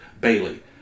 Bailey